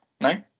No